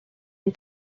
une